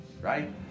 Right